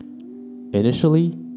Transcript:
Initially